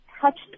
touched